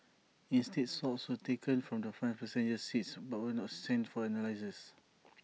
instead swabs were taken from the front passenger seats but were not sent for analysis